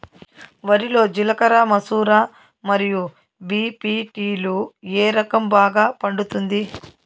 వరి లో జిలకర మసూర మరియు బీ.పీ.టీ లు ఏ రకం బాగా పండుతుంది